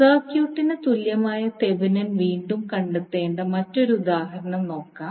സർക്യൂട്ടിന് തുല്യമായ തെവെനിൻ വീണ്ടും കണ്ടെത്തേണ്ട മറ്റൊരു ഉദാഹരണം നോക്കാം